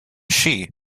shi